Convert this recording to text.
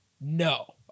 No